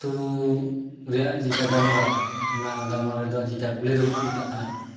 ᱟᱹᱛᱩ ᱨᱮᱭᱟᱜ ᱡᱮᱴᱟ ᱜᱟᱞᱢᱟᱨᱟᱣ ᱚᱱᱟ ᱜᱟᱞᱢᱟᱨᱟᱣ ᱨᱮᱫᱚ ᱡᱮᱴᱟ ᱠᱩᱞᱦᱤ ᱫᱩᱲᱩᱵ ᱠᱚ ᱢᱮᱛᱟᱜ ᱠᱟᱱᱟ